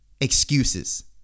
excuses